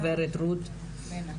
גב' רות מנע.